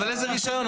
אבל איזה רישיון?